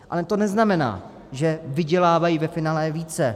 Ale to neznamená, že vydělávají ve finále více.